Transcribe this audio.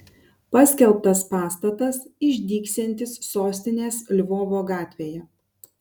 paskelbtas pastatas išdygsiantis sostinės lvovo gatvėje